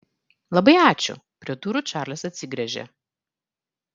labai ačiū prie durų čarlis atsigręžė